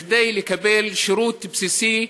כדי לקבל שירות בסיסי,